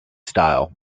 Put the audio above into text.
style